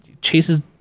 chases